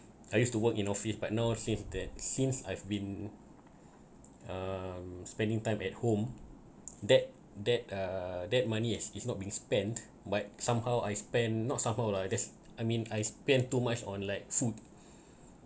I used to work in office but now save that since I've been um spending time at home that that uh that money as is not being spent but somehow I spend not somehow lah there's I mean I spend too much on like food